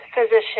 physician